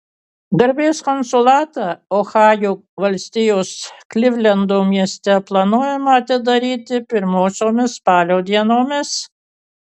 garbės konsulatą ohajo valstijos klivlendo mieste planuojama atidaryti pirmosiomis spalio dienomis